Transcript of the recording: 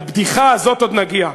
לבדיחה הזאת עוד נגיע.